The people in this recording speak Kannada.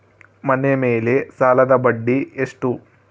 ಮನೆ ಮೇಲೆ ಸಾಲದ ಬಡ್ಡಿ ಎಷ್ಟು?